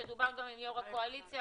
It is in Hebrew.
שדובר גם עם יושב ראש הקואליציה,